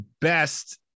best